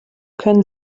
können